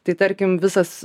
tai tarkim visas